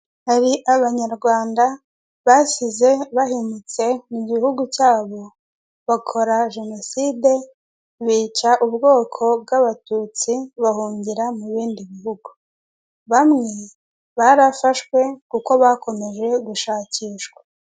Hari abanyarwanda basize bahemutse mu gihugu cyabo, bakora Jenoside, bica ubwoko bw'Abatutsi, bahungira mu bindi bihugu. Bamwe barafashwe kuko bakomeje gushakishwa.